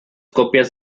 copias